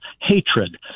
hatred